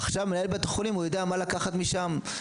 מנהל בית החולים יודע מה לקחת משם,